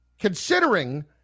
considering